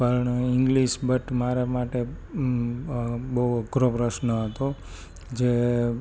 પણ English but મારા માટે બહુ અઘરો પ્રશ્ન હતો જે